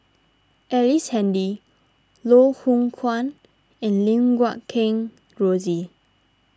Ellice Handy Loh Hoong Kwan and Lim Guat Kheng Rosie